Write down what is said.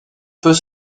peut